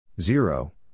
Zero